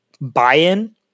buy-in